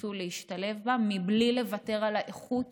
שירצו להשתלב בה, בלי לוותר על האיכות